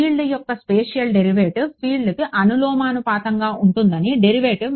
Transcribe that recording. field యొక్క spatial derivative ఫీల్డ్కు అనులోమానుపాతంలో ఉంటుందని డెరివేటివ్